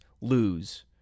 lose